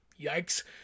yikes